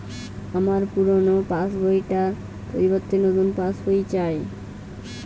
আমার পুরানো passbook টার পরিবর্তে নতুন পাশ বই চাই